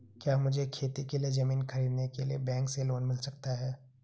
क्या मुझे खेती के लिए ज़मीन खरीदने के लिए बैंक से लोन मिल सकता है?